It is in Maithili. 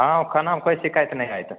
हँ ओ खानामे कोइ शिकायत नहि आयत